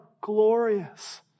glorious